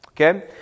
okay